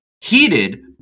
heated